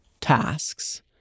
tasks